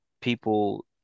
people